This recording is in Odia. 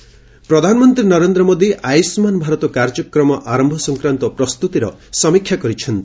ପିଏମ୍ ଆୟୁଷ୍ମାନ ଭାରତ ପ୍ରଧାନମନ୍ତ୍ରୀ ନରେନ୍ଦ୍ର ମୋଦି ଆୟୁଷ୍କାନ ଭାରତ କାର୍ଯ୍ୟକ୍ରମ ଆରମ୍ଭ ସଂକ୍ରାନ୍ତ ପ୍ରସ୍ତୁତିର ସମୀକ୍ଷା କରିଛନ୍ତି